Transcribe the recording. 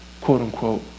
quote-unquote